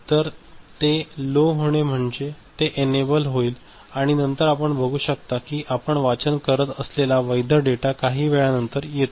तर ते लो होणे म्हणजे ते एनेबल होईल आणि नंतर आपण बघू शकता आपण कि वाचन करत असलेला वैध डेटा काही वेळानंतर येतो